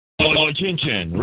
Attention